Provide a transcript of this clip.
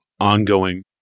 ongoing